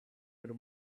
when